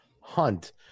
hunt